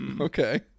okay